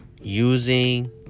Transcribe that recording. using